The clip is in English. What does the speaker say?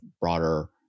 broader